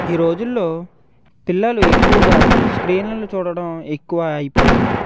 ఈ రోజుల్లో పిల్లలు ఎక్కువగా స్క్రీన్లను చూడడం ఎక్కువ అయిపోయింది